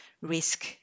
risk